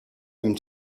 him